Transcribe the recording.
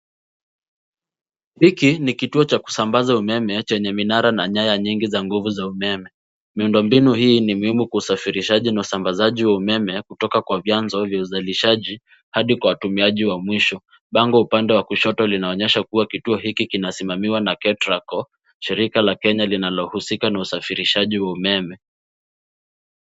Hiki ni kituo cha kusambaza umeme chenye minara na nyaya nyingi za nguvu za umeme. Miundombinu hii ni muhimu kwa usafirishaji na usambazaji wa umeme kutoka kwa vyanzo vya uzalishaji hadi kwa watumiaji wa mwisho. Bango upande wa kushoto linaonyesha kuwa kituo hiki kinasimamiwa na Ketraco , shirika la Kenya linalohusika na usafirishaji wa umeme.